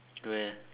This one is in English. where